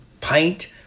pint